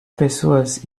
pessoas